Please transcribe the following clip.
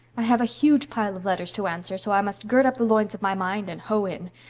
i have a huge pile of letters to answer, so i must gird up the loins of my mind and hoe in.